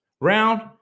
round